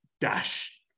dash